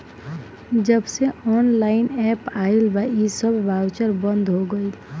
जबसे online app आईल बा इ सब बाउचर बंद हो गईल